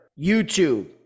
YouTube